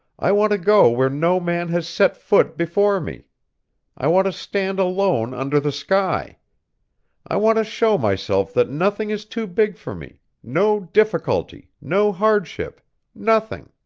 i want to go where no man has set foot before me i want to stand alone under the sky i want to show myself that nothing is too big for me no difficulty, no hardship nothing!